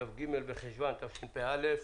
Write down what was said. כ"ג בחשוון התשפ"א.